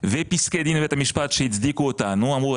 ופסקי דין בבית המשפט שהצדיקו אותנו, ואמרו